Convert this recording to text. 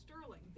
Sterling